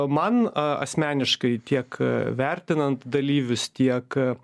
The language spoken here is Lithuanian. man a asmeniškai tiek vertinant dalyvius tiek